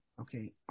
okay